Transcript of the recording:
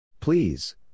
Please